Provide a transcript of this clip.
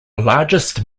largest